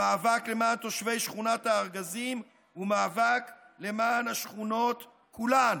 המאבק למען תושבי שכונת הארגזים הוא מאבק למען השכונות כולן.